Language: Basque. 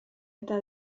eta